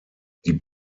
die